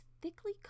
thickly